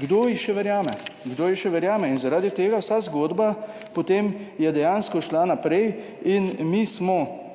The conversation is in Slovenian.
kdo jih še verjame, kdo jih še verjame? In zaradi tega vsa zgodba potem je dejansko šla naprej. In mi smo